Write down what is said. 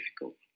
difficult